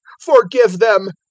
forgive them,